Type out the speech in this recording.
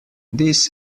this